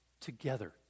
together